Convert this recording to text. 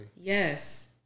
Yes